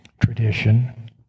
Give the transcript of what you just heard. Tradition